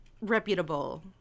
reputable